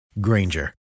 Granger